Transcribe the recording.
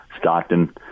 Stockton –